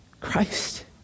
Christ